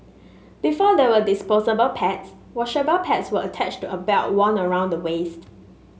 before there were disposable pads washable pads were attached to a belt worn around the waist